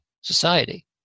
society